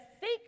seek